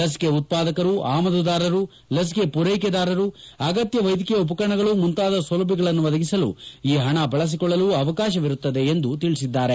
ಲಸಿಕೆ ಉತ್ವಾದಕರು ಆಮದುದಾರರು ಲಸಿಕೆ ಪೂರೈಕೆದಾರರು ಅಗತ್ಯ ವೈದ್ಯಕೀಯ ಉಪಕರಣಗಳು ಮುಂತಾದ ಸೌಲಭ್ಯಗಳನ್ನು ಒದಗಿಸಲು ಈ ಹಣ ಬಳಸಿಕೊಳ್ಳಲು ಅವಕಾಶವಿರುತ್ತದೆ ಎಂದು ತಿಳಿಸಿದ್ದಾರೆ